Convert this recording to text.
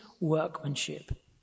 workmanship